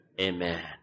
Amen